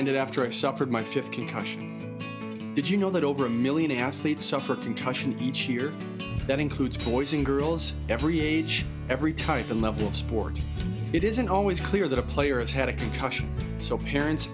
ended after i suffered my fifty caution did you know that over a million athletes suffered concussions each year that includes poison girls every age every type and level sport it isn't always clear that a player has had a concussion so parents